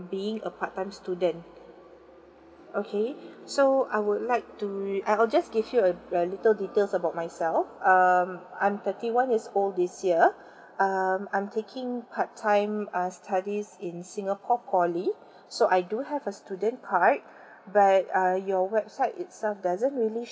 being a part time student okay so I would like to re~ I'll I'll just give you a a little details about myself um I'm thirty one years old this year um I'm taking part time uh studies in singapore poly so I do have a student card but uh your website itself doesn't really